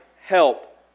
help